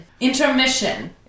intermission